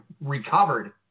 recovered